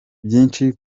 byinshi